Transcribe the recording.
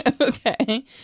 Okay